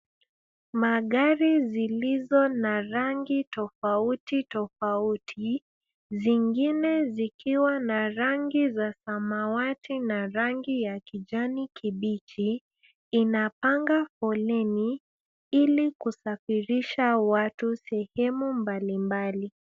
Magari zilizo na rangi tofautitofauti zingine zikiwa na rangi za samawati na rangi ya kijani kibichi inapanga foleni ili kusafirisha watu sehemu mbalimbali.